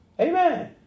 Amen